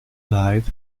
died